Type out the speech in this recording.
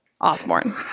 Osborne